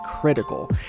critical